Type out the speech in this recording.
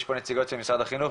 יש פה נציגות של משרד החינוך,